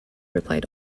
replied